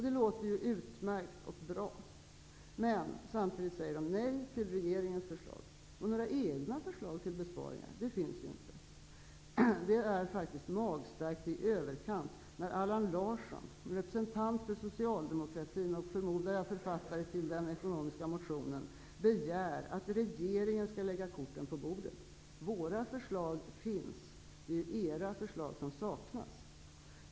Det låter utmärkt och bra. Men de säger samtidigt nej till regeringens förslag. Och några egna förslag till besparingar finns inte. Det är faktiskt magstarkt i överkant när Allan Larsson, som representant för socialdemokratin och, förmodar jag, som författare till den ekonomiska motionen, begär att regeringen skall lägga korten på bordet. Våra förslag finns. Det är era förslag som saknas.